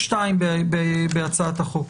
בהצעת החוק,